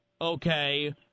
okay